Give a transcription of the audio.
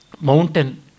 mountain